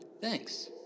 Thanks